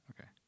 okay